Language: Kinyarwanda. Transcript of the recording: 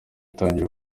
itangira